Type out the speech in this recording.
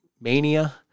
Mania